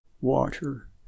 water